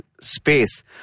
space